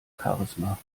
charisma